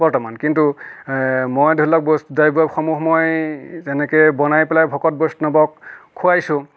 বৰ্তমান কিন্তু মই ধৰি লওক সমূহ মই যেনেকৈ বনাই পেলাই ভকত বৈষ্ণৱক খোৱাইছোঁ